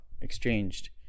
exchanged